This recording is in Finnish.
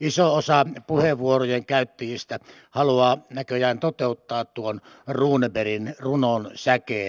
iso osa puheenvuorojen käyttäjistä haluaa näköjään toteuttaa tuon runebergin runon säkeen